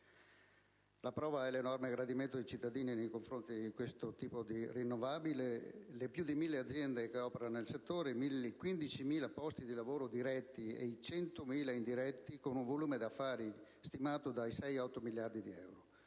prova l'enorme gradimento dei cittadini nei confronti di questo tipo di energia rinnovabile, le più di 1.000 aziende che operano nel settore, i 15.000 posti di lavoro diretti ed i 100.000 indiretti, con un volume d'affari stimato dai 6 agli 8 miliardi di euro.